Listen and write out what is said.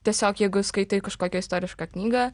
tiesiog jeigu skaitai kažkokią istorišką knygą